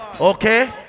Okay